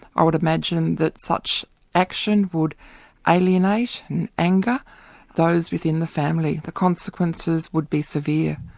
i would imagine that such action would alienate and anger those within the family. the consequences would be severe.